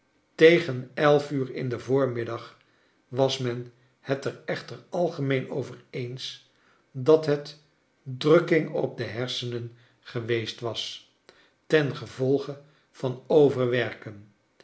tegen elf uur in den voormiddag was men het er echter algemeen over eens dat het drukking op de hersenen geweest was tengevolge van overwerken